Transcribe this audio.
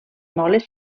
moles